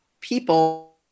people